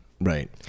right